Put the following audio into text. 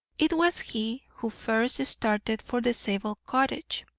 it was he who first started for the zabel cottage.